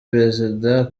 president